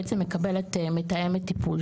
בעצם מקבלת מתאמת טיפול.